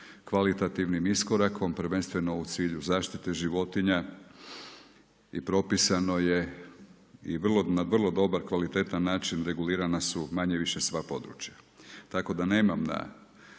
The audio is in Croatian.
kvalitativnim iskorak prvenstveno u cilju zaštite životinja i propisano je i na vrlo dobar, kvalitetan način regulirana su manje, više sva područja. Tako da nemam na